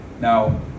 now